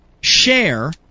share